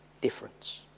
difference